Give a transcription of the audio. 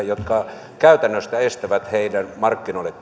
jotka käytännössä estävät heidän markkinoille